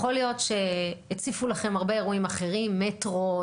יכול להיות שהציפו לכם הרבה אירועים אחרים מטרו,